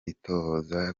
itohoza